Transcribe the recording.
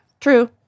true